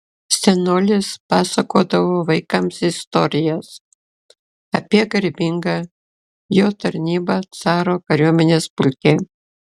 senolis pasakodavo vaikams istorijas apie garbingą jo tarnybą caro kariuomenės pulke